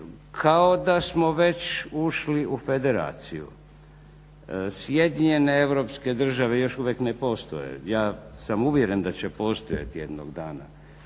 kao da smo već ušli u Federaciju. Sjedinjene Europske države još uvijek ne postoje. Ja sam uvjeren da će postojati jednog dana,